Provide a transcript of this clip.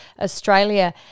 Australia